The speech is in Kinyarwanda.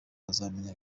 bazamenya